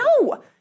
No